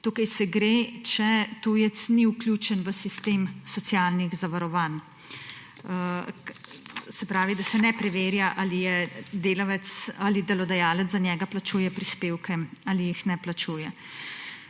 prispevkov, če tujec ni vključen v sistem socialnih zavarovanj, se pravi, da se ne preverja, ali delodajalec za njega plačuje prispevke ali jih ne plačuje.